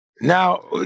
Now